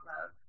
love